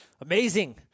Amazing